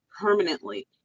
permanently